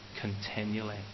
continually